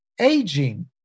aging